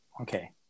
okay